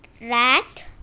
rat